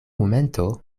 momento